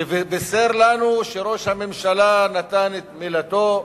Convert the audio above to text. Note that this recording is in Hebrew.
שבישר לנו שראש הממשלה נתן את מילתו,